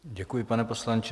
Děkuji, pane poslanče.